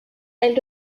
elles